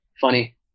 funny